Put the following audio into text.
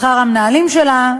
שכר המנהלים שלה,